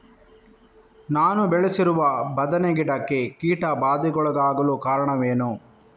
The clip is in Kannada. ನಾನು ಬೆಳೆಸಿರುವ ಬದನೆ ಗಿಡಕ್ಕೆ ಕೀಟಬಾಧೆಗೊಳಗಾಗಲು ಕಾರಣವೇನು?